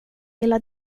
gillar